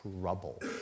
trouble